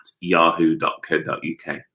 yahoo.co.uk